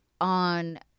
on